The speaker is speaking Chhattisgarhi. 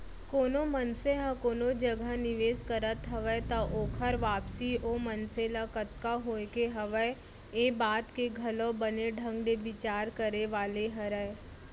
कोनो मनसे ह कोनो जगह निवेस करत हवय त ओकर वापसी ओ मनसे ल कतका होय के हवय ये बात के घलौ बने ढंग ले बिचार करे वाले हरय